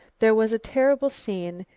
there was a terrible scene,